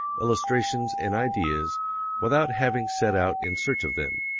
illustrations, and ideas without having set out in search of them.